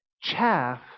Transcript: chaff